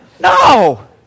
No